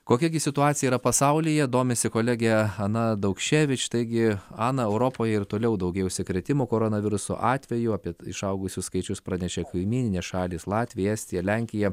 kokia gi situacija yra pasaulyje domisi kolegė ana daukševič taigi ana europoje ir toliau daugėja užsikrėtimų koronavirusu atvejų apie išaugusius skaičius pranešė kaimyninės šalys latvija estija lenkija